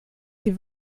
sie